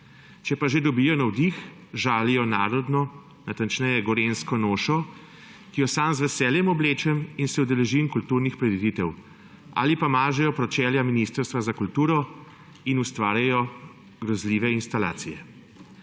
Če pa že dobijo navdih, žalijo narodno, natančneje gorenjsko nošo, ki jo sam z veseljem oblečem in se udeležim kulturnih prireditev, ali pa mažejo pročelja ministrstva za kulturo in ustvarjajo grozljive instalacije.